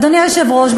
אדוני היושב-ראש,